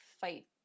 fight